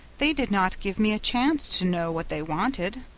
they did not give me a chance to know what they wanted.